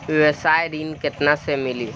व्यवसाय ऋण केतना ले मिली?